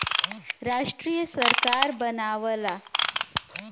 राष्ट्रीय सरकार बनावला